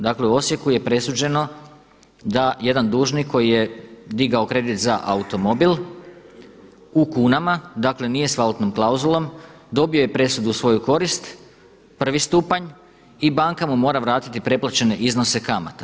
Dakle u Osijeku je presuđeno da jedan dužnik koji je digao kredit za automobil u kunama, dakle nije s valutnom klauzulom dobio je presudu u svoju korist, prvi stupanj i banka mu mora vratiti preplaćene iznose kamata.